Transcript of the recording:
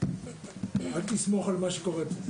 אל תסמוך על מה שקורה.